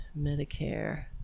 medicare